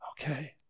Okay